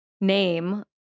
name